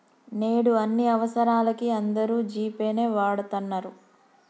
నేడు అన్ని అవసరాలకీ అందరూ జీ పే నే వాడతన్నరు